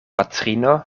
patrino